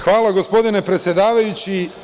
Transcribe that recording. Hvala, gospodine predsedavajući.